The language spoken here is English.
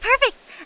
perfect